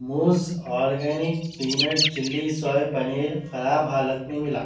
موز organic peanut chilli سوئے پنیر خراب حالت میں ملا